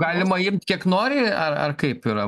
galima imt kiek nori ar ar kaip yra